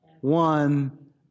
one